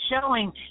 showing